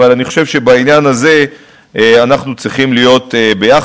אבל אני חושב שבעניין הזה אנחנו צריכים להיות ביחד,